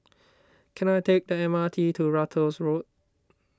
can I take the M R T to Ratus Road